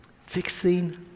Fixing